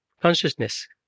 consciousness